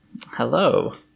Hello